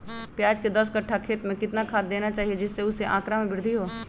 प्याज के दस कठ्ठा खेत में कितना खाद देना चाहिए जिससे उसके आंकड़ा में वृद्धि हो?